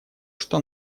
что